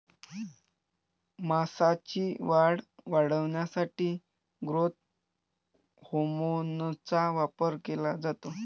मांसाची वाढ वाढवण्यासाठी ग्रोथ हार्मोनचा वापर केला जातो